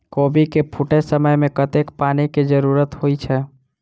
कोबी केँ फूटे समय मे कतेक पानि केँ जरूरत होइ छै?